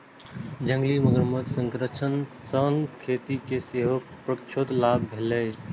जंगली मगरमच्छ संरक्षण सं खेती कें सेहो परोक्ष लाभ भेलैए